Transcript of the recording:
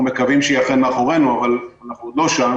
מקווים שהיא אכן מאחורינו אבל אנחנו עוד לא שם